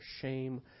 shame